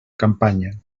campanya